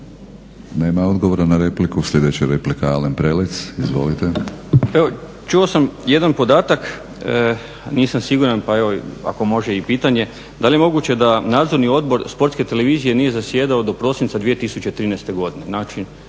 Nema odgovora na repliku. Sljedeća replika, Alen Prelec, izvolite. **Prelec, Alen (SDP)** Čuo sam jedan podatak, nisam siguran pa evo ako može i pitanje. Da li je moguće da nadzorni odbor Sportske televizije nije zasjedao do prosinca 2013. godine,